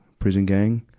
prison gang,